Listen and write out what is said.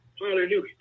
Hallelujah